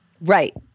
Right